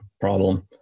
problem